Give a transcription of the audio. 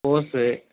கோஸு